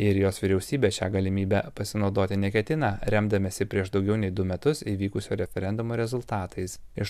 ir jos vyriausybė šia galimybe pasinaudoti neketina remdamiesi prieš daugiau nei du metus įvykusio referendumo rezultatais iš